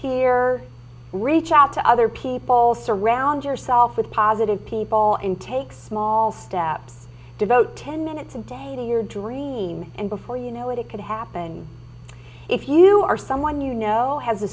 here reach out to other people surround yourself with positive people and take small steps devote ten minutes a day to your dream and before you know it it could happen if you are someone you know has a